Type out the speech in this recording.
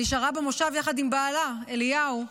נשארה במושב יחד עם בעלה אליהו,